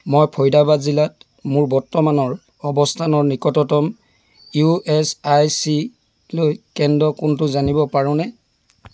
মই ফৰিদাবাদ জিলাত মোৰ বৰ্তমানৰ অৱস্থানৰ নিকটতম ইউএচআইচিলৈ কেন্দ্ৰ কোনটো জানিব পাৰোঁনে